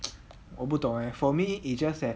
我不懂 leh for me it just that